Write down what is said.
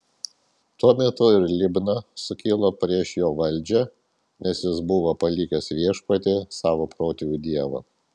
tuo metu ir libna sukilo prieš jo valdžią nes jis buvo palikęs viešpatį savo protėvių dievą